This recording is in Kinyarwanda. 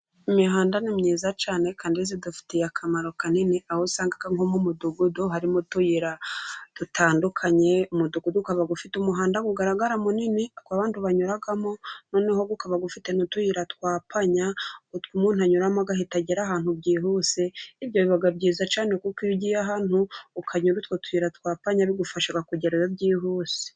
Imihanda ni myiza cyane kandi idufitiye akamaro kanini, aho usanga nko mu mudugudu harimo utuyira dutandukanye, umudugudu ufite umuhanda ugaragara munini, uwo abantu banyuramo noneho ukaba ufite n'utuyira twa panya umuntu atunyuramo agahita agera ahantu byihuse, ibyo biba byiza cyane kuko iyo ugiye ahantu ukajyayo utwo tuhera twa panya bigufasha kugerayo byihuse.